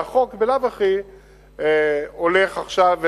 והחוק בלאו הכי הולך עכשיו,